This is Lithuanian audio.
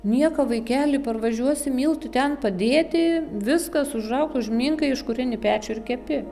nieko vaikeli parvažiuosi miltų ten padėti viskas užraugta užminkai iškūreni pečių ir kepi